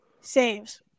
saves